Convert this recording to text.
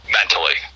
mentally